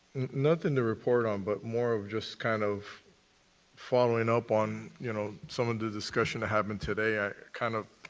nothing to report on, but more of just kind of following up on, you know, some of the discussion that happened today. i kind of